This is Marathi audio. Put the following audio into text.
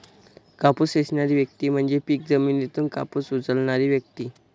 कापूस वेचणारी व्यक्ती म्हणजे पीक जमिनीतून कापूस उचलणारी व्यक्ती